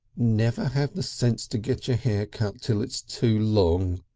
never have the sense to get your hair cut till it's too long,